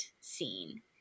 scene